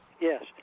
Yes